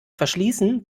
verschließen